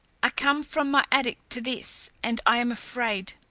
i come from my attic to this, and i am afraid.